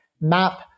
map